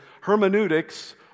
hermeneutics